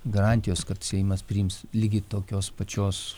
garantijos kad seimas priims lygiai tokios pačios